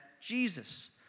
Jesus